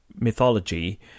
mythology